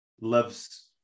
loves